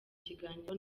kiganiro